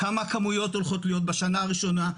איזה כמויות הולכות להיות בשנה הראשונה.